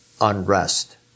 unrest